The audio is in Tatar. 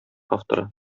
авторы